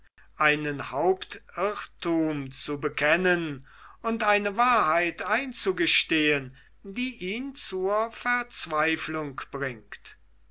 einen hauptirrtum zu bekennen und eine wahrheit einzugestehen die ihn zur verzweiflung bringt